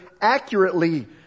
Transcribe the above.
accurately